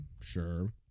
Sure